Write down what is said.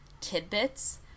tidbits